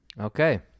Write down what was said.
Okay